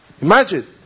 Imagine